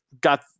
got